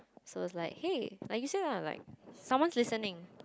so is like hey are you still around like someone's listening